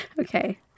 Okay